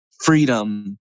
freedom